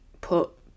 put